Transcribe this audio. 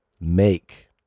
make